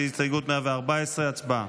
הסתייגות 114. הצבעה.